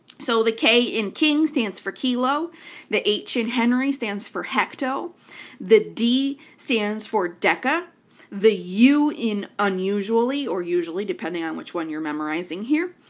so the k in king stands for kilo the h in henry stands for hector the d stands for deca the u in unusually or usually, depending on which one you're memorizing here,